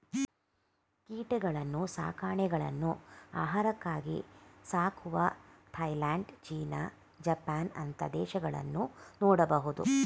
ಕೀಟಗಳನ್ನ್ನು ಸಾಕಾಣೆಗಳನ್ನು ಆಹಾರಕ್ಕಾಗಿ ಸಾಕುವ ಥಾಯಲ್ಯಾಂಡ್, ಚೀನಾ, ಜಪಾನ್ ಅಂತ ದೇಶಗಳನ್ನು ನೋಡಬಹುದು